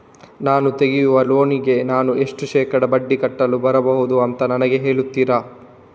ನಾನು ತೆಗಿಯುವ ಲೋನಿಗೆ ನಾನು ಎಷ್ಟು ಶೇಕಡಾ ಬಡ್ಡಿ ಕಟ್ಟಲು ಬರ್ಬಹುದು ಅಂತ ನನಗೆ ಹೇಳ್ತೀರಾ?